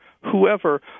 whoever